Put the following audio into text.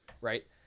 right